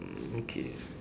mm okay